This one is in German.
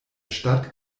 stadt